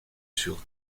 sur